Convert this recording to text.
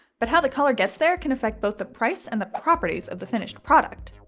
but how the color gets there can affect both the price and the properties of the finished product.